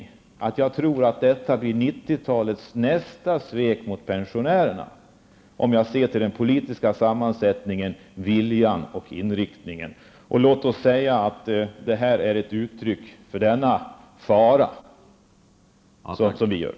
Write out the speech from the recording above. Jag tror nämligen att det här blir 90-talets nästa svek mot pensionärerna -- med tanke på den nuvarande politiska sammansättningen, på viljan och på inriktningen. Vårt agerande kan väl sägas vara ett uttryck för de farhågor som finns.